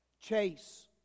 Chase